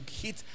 hit